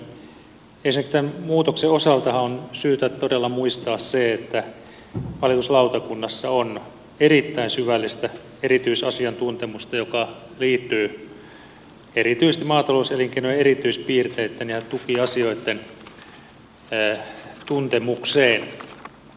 ensinnäkin tämän muutoksen osaltahan on syytä todella muistaa se että valituslautakunnassa on erittäin syvällistä erityisasiantuntemusta joka liittyy erityisesti maatalouselinkeinojen erityispiirteitten ja tukiasioitten tuntemukseen